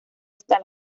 hasta